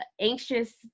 anxious